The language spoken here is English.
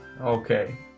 Okay